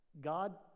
God